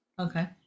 Okay